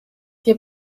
wir